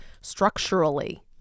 structurally